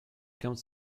comes